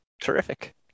Terrific